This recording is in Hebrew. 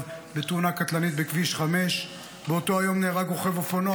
בתאונה קטלנית בכביש 5. באותו היום נהרג רוכב אופנוע